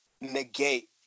negate